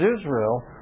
Israel